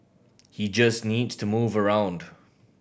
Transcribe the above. he just needs to move around